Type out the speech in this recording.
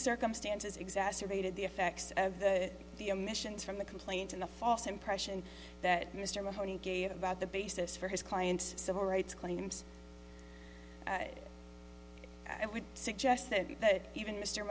circumstances exacerbated the effects of the the emissions from the complaint in the false impression that mr mahoney gave about the basis for his client civil rights claims i would suggest that even mr